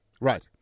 Right